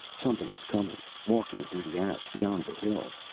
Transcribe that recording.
something was coming, walking through the ash beyond the hill.